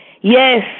Yes